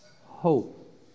hope